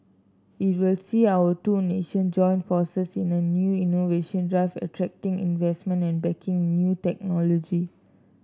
it will see our two nation join forces in a new innovation drive attracting investment and backing new technology